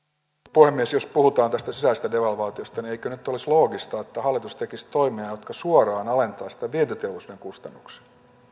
puhemies jos puhutaan tästä sisäisestä devalvaatiosta eikö nyt olisi loogista että hallitus tekisi toimia jotka suoraan alentaisivat tämän vientiteollisuuden kustannuksia